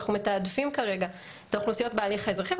אנחנו מתעדפים כרגע את האוכלוסיות בהליך האזרחי,